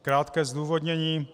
Krátké zdůvodnění.